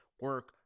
Work